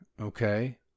okay